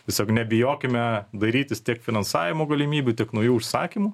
tiesiog nebijokime dairytis tiek finansavimo galimybių tik naujų užsakymų